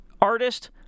artist